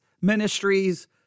ministries